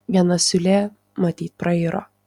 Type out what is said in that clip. viena siūlė matyt prairo